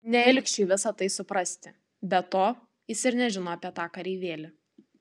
ne ilgšiui visa tai suprasti be to jis ir nežino apie tą kareivėlį